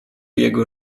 jego